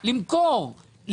למכור,